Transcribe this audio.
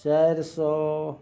चारि सओ